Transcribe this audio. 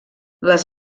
les